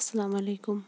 اَسَلامُ علیکُم